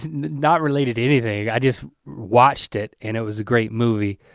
not related anything. i just watched it and it was a great movie.